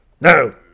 no